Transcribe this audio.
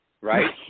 right